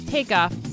Takeoff